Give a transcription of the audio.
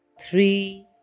three